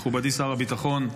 מכובדי שר הביטחון,